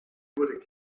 would